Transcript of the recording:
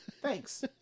Thanks